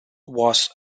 was